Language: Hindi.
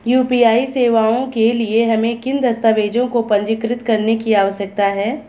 यू.पी.आई सेवाओं के लिए हमें किन दस्तावेज़ों को पंजीकृत करने की आवश्यकता है?